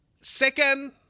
Second